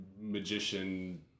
magician